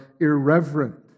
irreverent